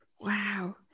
Wow